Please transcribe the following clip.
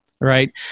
right